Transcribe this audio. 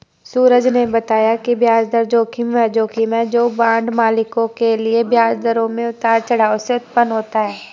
सूरज ने बताया कि ब्याज दर जोखिम वह जोखिम है जो बांड मालिकों के लिए ब्याज दरों में उतार चढ़ाव से उत्पन्न होता है